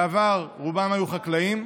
שבעבר רובם היו חקלאים,